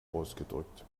ausgedrückt